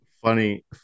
funny